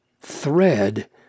thread